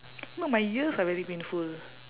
no my ears are very painful